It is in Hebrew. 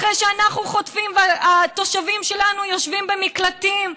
אחרי שאנחנו חוטפים והתושבים שלנו יושבים במקלטים,